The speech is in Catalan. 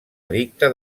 edicte